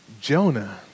Jonah